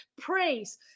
praise